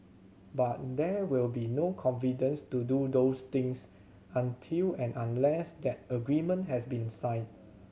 but there will be no confidence to do those things until and unless that agreement has been signed